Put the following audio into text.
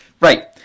right